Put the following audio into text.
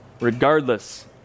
regardless